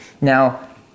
Now